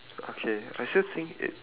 okay maybe ya